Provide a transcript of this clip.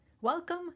Welcome